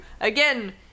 again